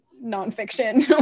non-fiction